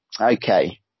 Okay